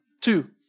Two